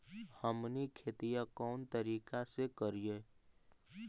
हमनी खेतीया कोन तरीका से करीय?